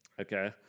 Okay